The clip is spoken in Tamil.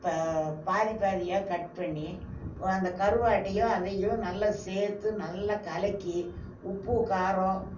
ப பாதி பாதியாக கட் பண்ணி அந்த கருவாட்டையும் அதையும் நல்லா சேர்த்து நல்லா கலக்கி உப்பு காரம்